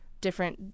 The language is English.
Different